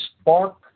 spark